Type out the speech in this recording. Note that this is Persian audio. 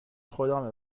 خدامه